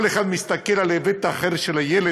וכל אחד מסתכל על היבט אחר של הילד.